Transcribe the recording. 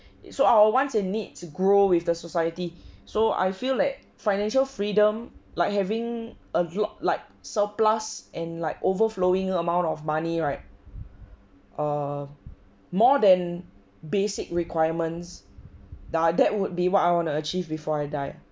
so our wants and need grow with the society so I feel like financial freedom like having a job like surplus and like overflowing amount of money right err more than basic requirements uh that would be what I want to achieve before I die